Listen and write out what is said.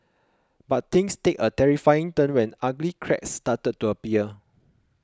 but things take a terrifying turn when ugly cracks started to appear